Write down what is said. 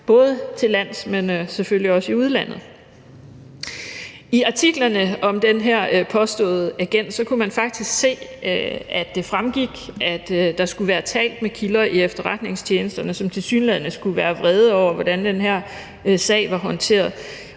både hertillands, men selvfølgelig også i udlandet. I artiklerne om den her påståede agent kunne man faktisk se, at det fremgik, at der skulle være talt med kilder i efterretningstjenesterne, som tilsyneladende skulle være vrede over, hvordan den her sag var håndteret